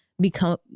become